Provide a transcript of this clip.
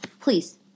please